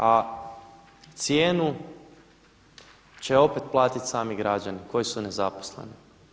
A cijenu će opet platiti sami građani koji su nezaposleni.